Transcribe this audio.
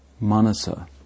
Manasa